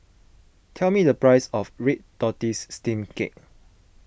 tell me the price of Red Tortoise Steamed Cake